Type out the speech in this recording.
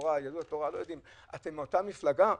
אתם מאותה מפלגה?